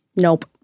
Nope